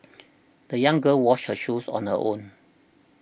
the young girl washed her shoes on her own